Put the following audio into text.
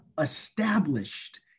established